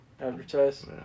advertise